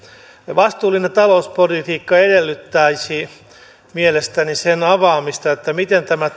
vastuullinen talouspolitiikkaa edellyttäisi mielestäni sen avaamista että kun tämä